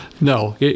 no